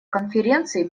конференции